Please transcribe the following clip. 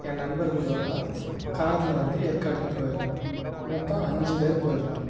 என் நண்பர்களோடு காரில் வந்து ஏற்காடுக்கு போயிருந்தேன் மொத்தம் அஞ்சு பேர் போயிருந்தோம்